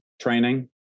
training